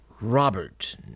Robert